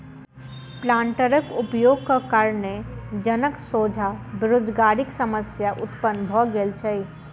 प्लांटरक उपयोगक कारणेँ जनक सोझा बेरोजगारीक समस्या उत्पन्न भ गेल छै